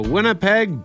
Winnipeg